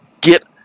get